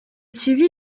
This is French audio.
suivit